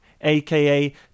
aka